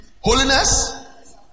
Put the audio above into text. Holiness